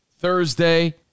Thursday